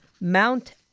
Mount